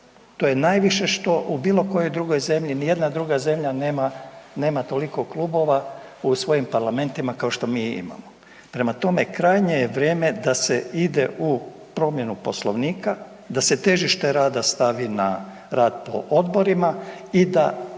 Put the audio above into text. To je najviše što u bilo kojoj drugoj zemlji ni jedna druga zemlja nema toliko klubova u svojim parlamentima kao što mi imamo. Prema tome, krajnje je vrijeme da se ide u promjenu Poslovnika, da se težište rada stavi na rad po odborima i da